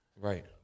right